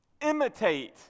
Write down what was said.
imitate